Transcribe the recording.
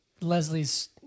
Leslie's